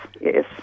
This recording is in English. Yes